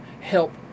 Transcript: help